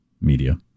media